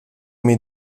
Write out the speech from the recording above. mir